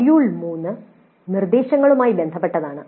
module 3 നിർദ്ദേശങ്ങളുമായി ബന്ധപ്പെട്ടതാണ്